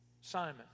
Simon